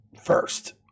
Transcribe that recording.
first